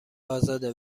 آزاده